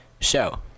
show